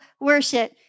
worship